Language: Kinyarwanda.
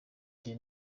njye